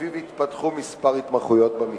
שלפיו התפתחו כמה התמחויות במקצוע,